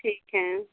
ठीक है